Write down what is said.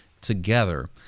together